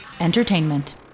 Entertainment